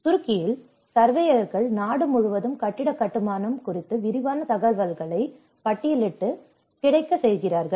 துருக்கியில் சர்வேயர்கள் நாடு முழுவதும் கட்டிட கட்டுமானம் குறித்த விரிவான தகவல்களை பட்டியலிட்டு கிடைக்கச் செய்கிறார்கள்